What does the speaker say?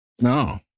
No